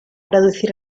reducir